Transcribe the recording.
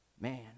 man